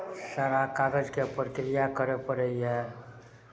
सारा कागजके प्रक्रिया करय पड़ैए